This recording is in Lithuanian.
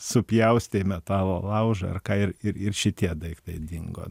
supjaustė į metalo laužą ar ką ir ir ir šitie daiktai dingo